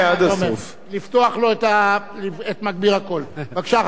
בבקשה, חבר הכנסת פרץ.